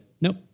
nope